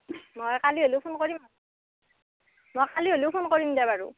মই কালি হ'লেও ফোন কৰিম মই কালি হ'লেও ফোন কৰিম দে বাৰু